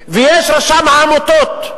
ויש רשם העמותות,